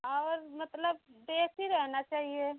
और मतलब देसी रहना चाहिए